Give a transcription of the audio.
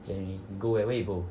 january you go where where you go